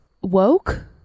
Woke